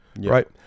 right